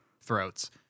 throats